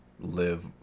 live